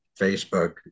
Facebook